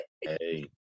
Hey